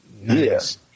Yes